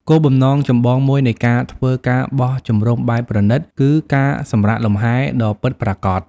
គោលបំណងចម្បងមួយនៃការធ្វើ ការបោះជំរំបែបប្រណីត គឺ ការសម្រាកលំហែ ដ៏ពិតប្រាកដ។